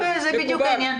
יפה, זה בדיוק העניין.